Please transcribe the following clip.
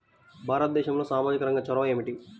భారతదేశంలో సామాజిక రంగ చొరవ ఏమిటి?